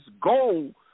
goal